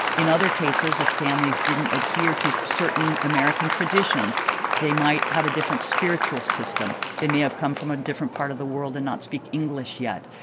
in other cases, if families didn't adhere to certain american traditions they might have a different spiritual system, they may have come from a different part of the world and not speak english yet.